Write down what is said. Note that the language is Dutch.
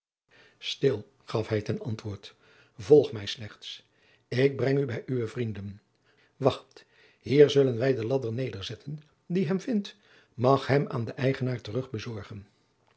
stil gaf hij ten antwoord volg mij slechts jacob van lennep de pleegzoon ik breng u bij uwe vrienden wacht hier zullen wij den ladder nederzetten die hem vindt mag hem aan den eigenaar terug bezorgen